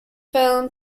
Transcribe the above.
film